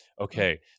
Okay